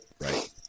right